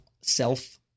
self